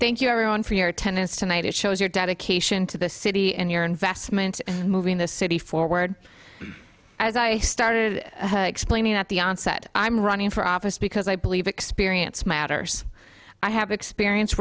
thank you everyone for your attendance tonight it shows your dedication to the city and your investment in moving this city forward as i started explaining at the onset i'm running for office because i believe experience matters i have experience